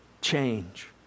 change